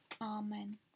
Amen